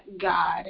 God